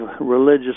religious